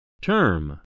Term